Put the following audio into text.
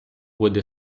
буде